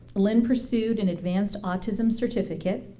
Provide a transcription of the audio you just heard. lynn pursued an advanced autism certificate.